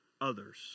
others